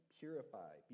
purify